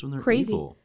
crazy